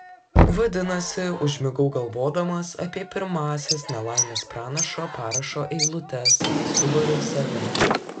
vadinasi užmigau galvodamas apie pirmąsias nelaimės pranašo parašo eilutes subariau save